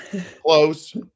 Close